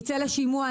נצא לשימוע,